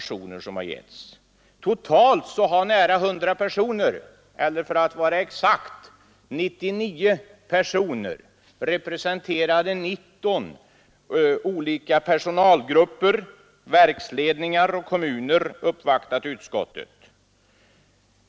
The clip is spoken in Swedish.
Totalt har nära 100 personer — eller för att var exakt 99 personer — representerande 19 olika personalgrupper, verksledningar och kommuner, uppvaktat utskottet.